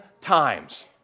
times